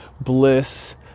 bliss